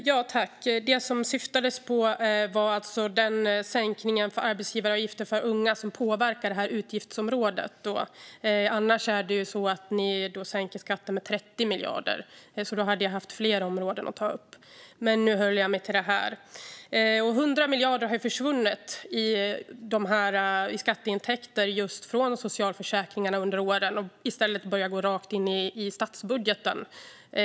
Fru talman! Det som åsyftades var den sänkning av arbetsgivaravgiften för unga som påverkar utgiftsområdet. Annars sänker ni skatten med 30 miljarder, och då hade jag behövt ta upp fler områden. Nu höll jag mig till detta. 100 miljarder har under åren försvunnit i skatteintäkter från socialförsäkringarna och har gått rakt in i statsbudgeten.